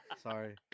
Sorry